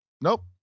nope